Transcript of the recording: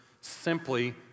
simply